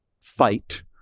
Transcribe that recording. fight